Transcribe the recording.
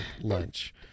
lunch